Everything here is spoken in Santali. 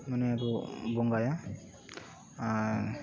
ᱢᱟᱱᱮ ᱠᱚ ᱵᱚᱸᱜᱟᱭᱟ ᱟᱨ